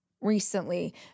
recently